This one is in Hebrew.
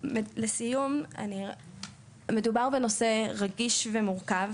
לסיום מדובר בנושא רגיש ומורכב.